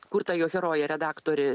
kur ta jo herojė redaktorė